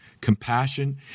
compassion